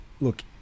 look